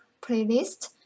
playlist